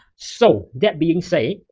so that being said,